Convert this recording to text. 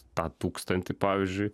tą tūkstantį pavyzdžiui